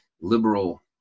liberal